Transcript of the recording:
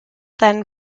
than